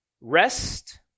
Rest